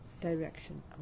Direction